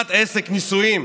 פתיחת עסק, נישואים,